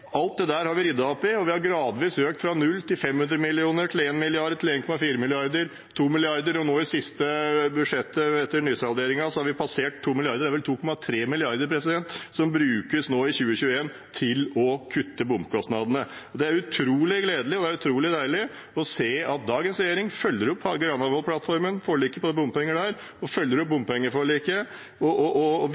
Alt det der har vi ryddet opp i, og vi har gradvis økt fra null til 500 mill. kr til 1 mrd. kr til 1,4 mrd. kr til 2 mrd. kr, og nå i siste budsjettet har vi etter nysalderingen passert 2 mrd. kr. Det er vel 2,3 mrd. kr som brukes nå i 2021 til å kutte bomkostnadene. Det er utrolig gledelig, og det er utrolig deilig å se at dagens regjering følger opp forliket på bompenger i Granavolden-plattformen, følger opp bompengeforliket og